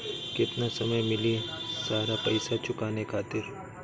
केतना समय मिली सारा पेईसा चुकाने खातिर?